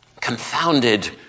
confounded